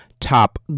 Top